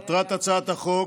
מטרת הצעת החוק